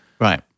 Right